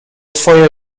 twoje